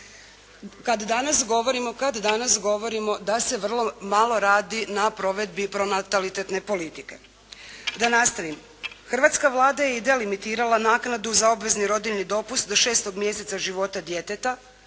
kad danas govorimo da se vrlo malo radi na provedbi pronatalitetne politike. Da nastavim, hrvatska Vlada je i delimitirala naknadu za obvezni rodiljni dopust do 6. mjeseca života djeteta.